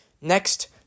Next